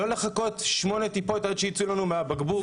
ולא לחכות עד שייצאו 8 טיפות מהבקבוק.